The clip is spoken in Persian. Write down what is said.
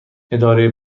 اداره